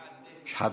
בבקשה.